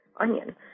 onion